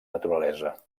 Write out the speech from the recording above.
naturalesa